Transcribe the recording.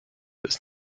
ist